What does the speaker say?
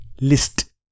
list